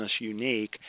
unique